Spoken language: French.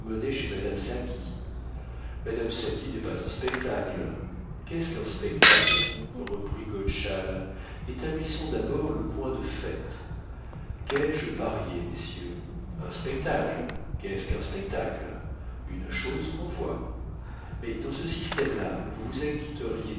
chez madame saqui madame saqui n'est pas un spectacle qu'est-ce qu'un spectacle reprit godeschal établissons d'abord le point de fait qu'ai-je parié messieurs un spectacle qu'est-ce qu'un spectacle une chose qu'on voit mais dans ce système-là vous vous acquitteriez